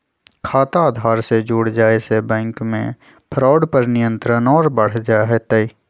खाता आधार से जुड़ जाये से बैंक मे फ्रॉड पर नियंत्रण और बढ़ जय तय